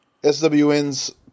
SWN's